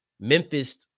Memphis